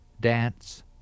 dance